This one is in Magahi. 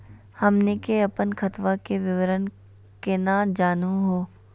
हमनी के अपन खतवा के विवरण केना जानहु हो?